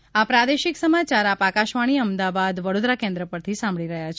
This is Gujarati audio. કોરોના સંદેશ આ પ્રાદેશિક સમાચાર આપ આકાશવાણીના અમદાવાદ વડોદરા કેન્દ્ર પરથી સાંભળી રહ્યા છે